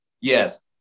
Yes